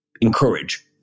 encourage